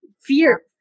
fear